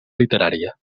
literària